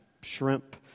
shrimp